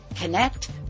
connect